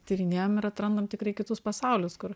tyrinėjam ir atrandam tikrai kitus pasaulius kur